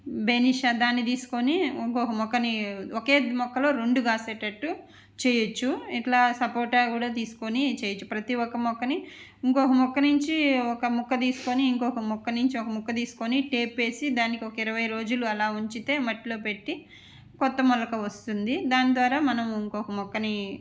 బెనీషా దాన్ని తీసుకొనీ ఇంకొక మొక్కని ఒకే మొక్కలో రెండు కాసేటట్టు చేయవచ్చు ఇట్లా సపోటా కూడా తీసుకొని చేయవచ్చు ప్రతీ ఒక్క మొక్కని ఇంకొక మొక్క నుంచి ఒక మొక్క తీసుకొని ఇంకొక మొక్క నుంచి ఒక మొక్క తీసుకొని టేపు వేసి దానికొక ఇరవై రోజులు అలా ఉంచితే మట్టిలో పెట్టి క్రొత్త మొలక వస్తుంది దాని ద్వారా మనం ఇంకొక మొక్కని